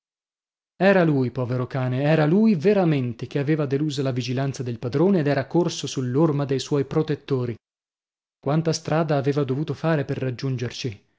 era lui povero cane era lui veramente che aveva delusa la vigilanza del padrone ed era corso sull'orma dei suoi protettori quanta strada aveva dovuto fare per raggiungerci